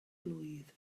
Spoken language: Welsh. blwydd